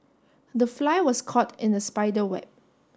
the fly was caught in the spider web